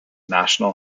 national